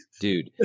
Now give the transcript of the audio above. dude